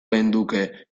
geundeke